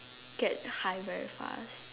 get high very fast